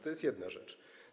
To jest jedna rzecz.